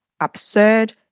absurd